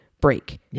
break